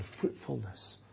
fruitfulness